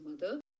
mother